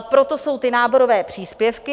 Proto jsou ty náborové příspěvky.